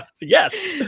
Yes